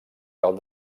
cal